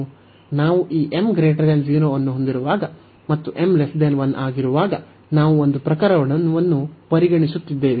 ನಾವು ಈ m 0 ಅನ್ನು ಹೊಂದಿರುವಾಗ ಮತ್ತು m 1 ಆಗಿರುವಾಗ ನಾವು ಒಂದು ಪ್ರಕರಣವನ್ನು ಪರಿಗಣಿಸುತ್ತಿದ್ದೇವೆ